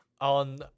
on